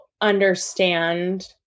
understand